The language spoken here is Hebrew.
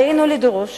עלינו לדרוש